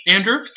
Andrew